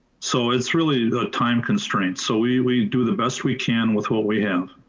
so it's really the time constraints. so we we do the best we can with what we have.